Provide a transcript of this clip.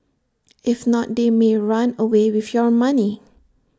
if not they may run away with your money